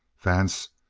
vance,